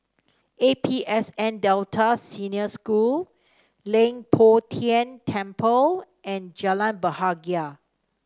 A P S N Delta Senior School Leng Poh Tian Temple and Jalan Bahagia